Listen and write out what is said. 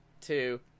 two